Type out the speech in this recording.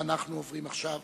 אנחנו עוברים עכשיו